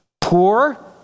poor